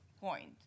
point